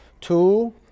two